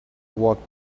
walked